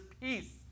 peace